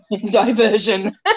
Diversion